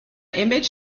image